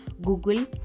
google